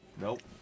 Nope